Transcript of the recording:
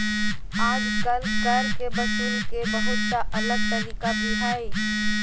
आजकल कर के वसूले के बहुत सा अलग तरीका भी हइ